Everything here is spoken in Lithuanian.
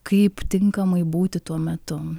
kaip tinkamai būti tuo metu